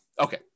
Okay